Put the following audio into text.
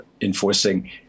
enforcing